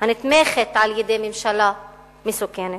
הנתמכת על-ידי ממשלה מסוכנת.